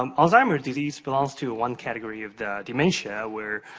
um alzheimer's disease belongs to one category of dementia, where